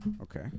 Okay